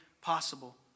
possible